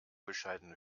bescheidene